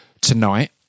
tonight